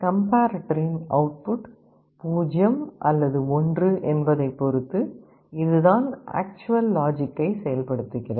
கம்பேர்ரேட்டரின் output 0 அல்லது 1 என்பதைப் பொறுத்து இதுதான் ஆக்சுவல் லாஜிக்கை செயல்படுத்துகிறது